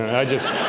i just